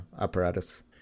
apparatus